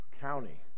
county